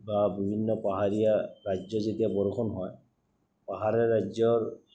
বা বিভিন্ন পাহাৰীয়া ৰাজ্যত যেতিয়া বৰষুণ হয় পাহাৰীয়া ৰাজ্যৰ